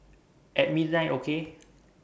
At midnight okay